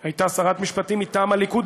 היא הייתה שרת משפטים מטעם הליכוד,